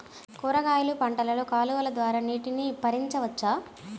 కూరగాయలు పంటలలో కాలువలు ద్వారా నీటిని పరించవచ్చా?